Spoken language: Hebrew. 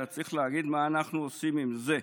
אלא צריך להגיד מה אנחנו עושים עם זה.